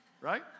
Right